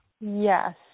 Yes